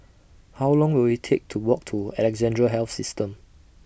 How Long Will IT Take to Walk to Alexandra Health System